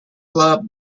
club